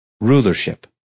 Rulership